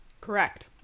Correct